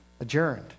adjourned